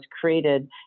created